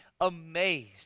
amazed